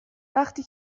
وقتی